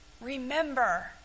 remember